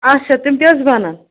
اچھا تِم تہِ حظ بَنَن